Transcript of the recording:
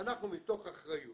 אנחנו מתוך אחריות